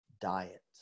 diet